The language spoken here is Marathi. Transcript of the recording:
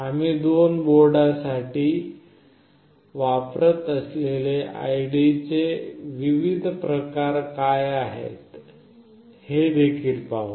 आम्ही दोन बोर्डांसाठी वापरत असलेले IDE चे विविध प्रकार काय आहेत हे देखील पाहू